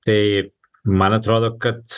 tai man atrodo kad